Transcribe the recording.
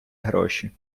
гроші